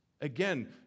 Again